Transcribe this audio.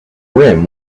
rim